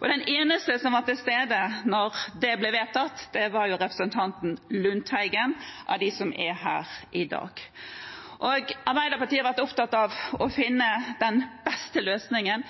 Og den eneste av dem som er her i dag som var til stede da det ble vedtatt, er representanten Lundteigen. Arbeiderpartiet har vært opptatt av å finne den beste løsningen